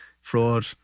fraud